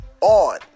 on